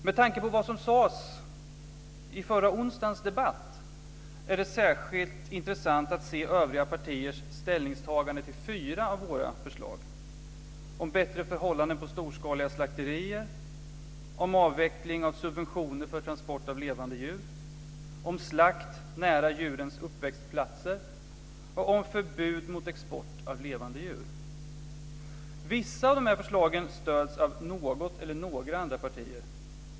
Med tanke på vad som sades i debatten förra onsdagen är det särskilt intressant att se övriga partiers ställningstaganden till fyra av våra förslag: om bättre förhållanden på storskaliga slakterier, om avveckling av subventioner för transport av levande djur, om slakt nära djurens uppväxtplatser och om förbud mot export av levande djur. Vissa av de här förslagen stöds av något eller några andra partier.